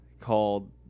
called